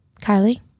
Kylie